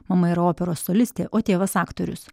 mama yra operos solistė o tėvas aktorius